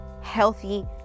Healthy